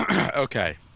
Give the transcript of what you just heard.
Okay